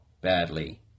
badly